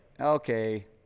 okay